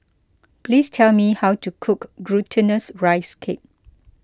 please tell me how to cook Glutinous Rice Cake